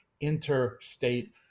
interstate